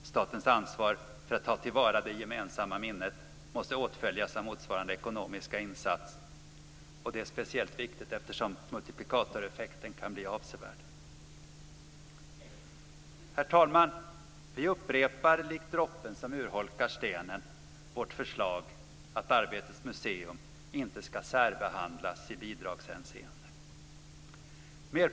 Statens ansvar för att ta till vara det gemensamma minnet måste åtföljas av motsvarande ekonomiska insats, och det är speciellt viktigt eftersom multiplikatoreffekten kan bli avsevärd. Herr talman! Vi upprepar, likt droppen som urholkar stenen, vårt förslag att Arbetets museum inte ska särbehandlas i bidragshänseende.